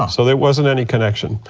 um so there wasn't any connection,